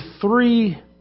three